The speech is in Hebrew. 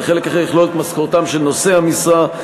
וחלק אחר יכלול את משכורתם של נושאי המשרה,